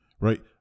right